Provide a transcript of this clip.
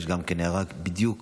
נהרג בחילופי האש בדיוק